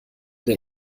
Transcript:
der